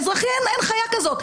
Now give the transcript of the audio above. באזרחי אין חיה כזאת.